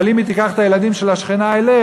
אבל אם היא תיקח את הילדים של השכנה אליה,